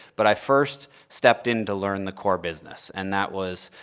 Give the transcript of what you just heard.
but i first stepped in to learn the core business. and that was,